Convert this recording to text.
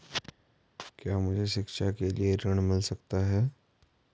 क्या मुझे शिक्षा के लिए ऋण मिल सकता है?